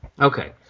Okay